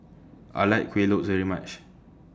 I like Kuih Lopes very much